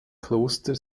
kloster